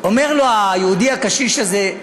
אומר לו היהודי הקשיש הזה: